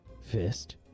Fist